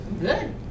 good